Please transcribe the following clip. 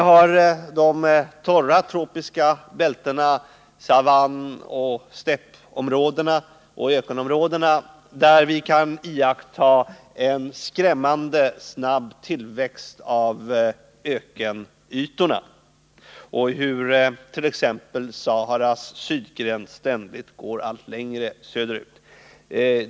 I de torra tropiska bältena — savann-, stäppoch ökenområdena — kan vi iaktta en skrämmande snabb utökning av ökenytorna och hur t.ex. Saharas sydgräns ständigt går allt längre söderut.